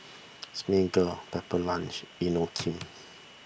Smiggle Pepper Lunch Inokim